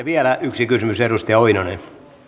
vielä yksi kysymys edustaja oinonen